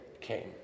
came